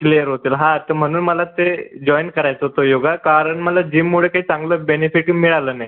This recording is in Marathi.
क्लिअर होतील हा तर म्हणून मला ते जॉइन करायचं होतं योगा कारण मला जिममुळे काही चांगलं बेनिफिट मिळालं नाही